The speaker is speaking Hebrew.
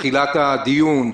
בתחילת הדיון,